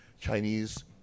Chinese